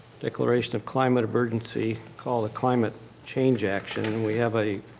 declaration of climate emergency, call the climate change action. and we have a